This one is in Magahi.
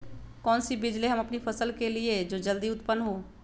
कौन सी बीज ले हम अपनी फसल के लिए जो जल्दी उत्पन हो?